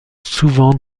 souvent